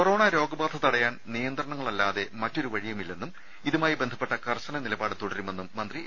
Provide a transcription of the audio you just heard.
corona നിയന്ത്രണങ്ങളല്ലാതെ മറ്റൊരു വഴിയും ഇല്ലെന്നും ഇതുമായി ബന്ധപ്പെട്ട കർശന നിലപാട് തുടരുമെന്നും മന്ത്രി എ